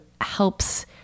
helps